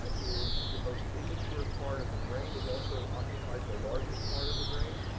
ah is the most immature part of the brain and also occupies the largest part of the brain.